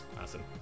Awesome